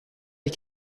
les